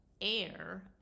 Air